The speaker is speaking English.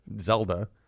Zelda